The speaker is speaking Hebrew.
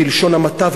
בלשון המעטה,